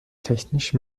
technisch